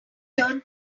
turn